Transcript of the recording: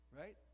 right